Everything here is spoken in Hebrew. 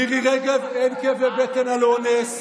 מירי רגב: אין כאבי בטן על אונס,